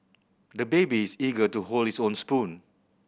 the baby is eager to hold his own spoon